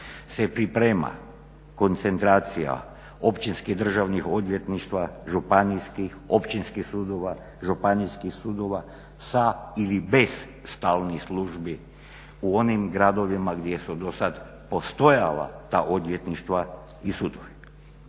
se priprema koncentracija općinskih državnih odvjetništva, županijskih, općinskih sudova, županijskih sudova sa ili bez stalnih službi u onim gradovima gdje su do sada postojala ta odvjetništva i sudovi.